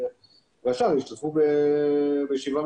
והשאר ישתתפו ב-זום,